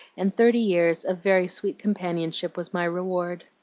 and thirty years of very sweet companionship was my reward.